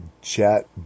jet